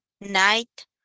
night